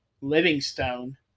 Livingstone